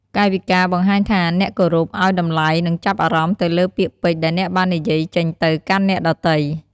កាយវិការ បង្ហាញថាអ្នកគោរព អោយតម្លៃ និងចាប់អារម្មណ៍ទៅលើពាក្យពេចន៍ដែលអ្នកបាននិយាយចេញទៅកាន់អ្នកដទៃ។